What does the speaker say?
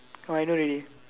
oh I know already